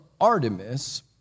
Artemis